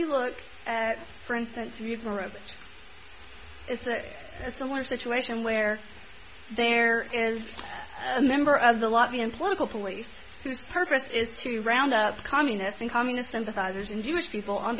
you look at for instance it's a similar situation where there is a member of the lobby in political police whose purpose is to round up communists and communist sympathizers and jewish people on